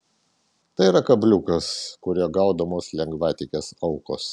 tai yra kabliukas kuriuo gaudomos lengvatikės aukos